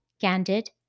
candid